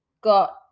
got